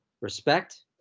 respect